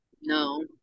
No